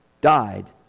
died